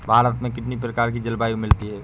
भारत में कितनी प्रकार की जलवायु मिलती है?